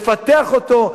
לפתח אותו,